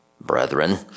brethren